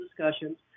discussions